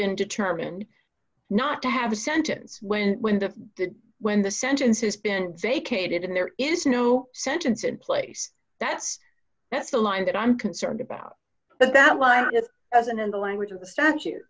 been determined not to have a sentence when when the when the sentence has been vacated and there is no sentence in place that's that's the line that i'm concerned about but that line if doesn't in the language of the statu